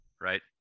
right